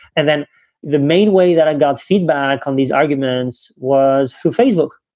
and then the main way that i got feedback on these arguments was for facebook.